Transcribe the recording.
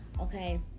okay